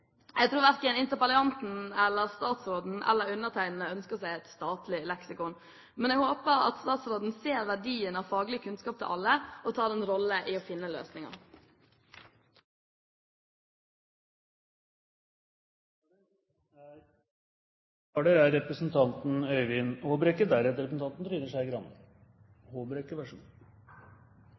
Jeg tror verken interpellanten, statsråden eller undertegnede ønsker seg et statlig leksikon, men jeg håper statsråden ser verdien av faglig kunnskap til alle, og tar en rolle i å finne løsninger.